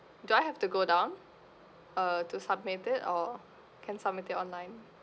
do I have to go down uh to submit it or can submit it online